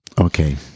Okay